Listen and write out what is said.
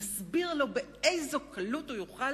נסביר לו באיזו קלות הוא יוכל